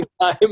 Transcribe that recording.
time